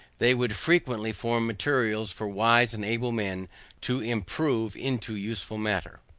they would frequently form materials for wise and able men to improve into useful matter.